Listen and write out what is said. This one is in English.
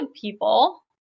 people